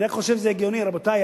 אני רק חושב שזה הגיוני, רבותי.